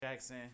Jackson